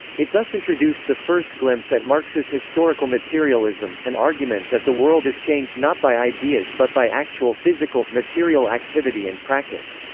it thus introduced the first glimpse at marx's historical materialism, an argument that the world is changed not by ideas but by actual, physical, material activity and practice.